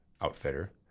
outfitter